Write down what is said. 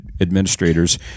administrators